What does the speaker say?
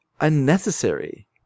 unnecessary